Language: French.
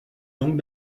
langues